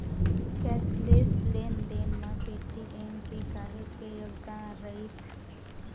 cashless लेन देन म पेटीएम के काहेच के योगदान रईथ